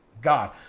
god